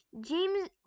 James